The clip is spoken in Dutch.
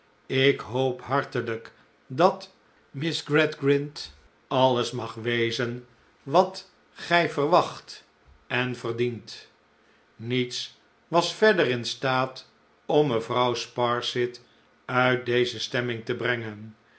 ik hoop hartelijk dat miss gradgrind alles mag wezen wat gij verwacht en verdientl niets was verder in staat om mevrouw sparsit uit deze stemming te brengen